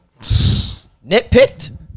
nitpicked